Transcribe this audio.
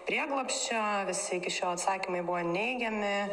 prieglobsčio visi iki šiol atsakymai buvo neigiami